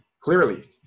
Clearly